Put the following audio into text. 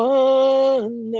one